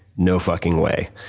no fucking way.